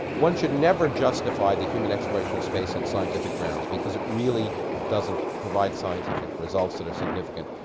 one should never justify the human exploration of space on scientific grounds because it really doesn't provide scientific results that are significant.